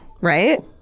right